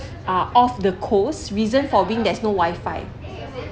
ah off the coast reason for being there's no wifi